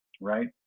right